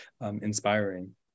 inspiring